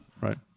right